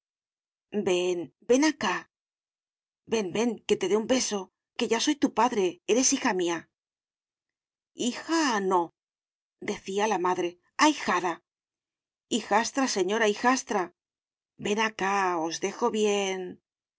ven ven acá ven ven que te dé un beso que ya soy tu padre eres hija mía hija nodecía la madre ahijada hijastra señora hijastra ven acá os dejo bien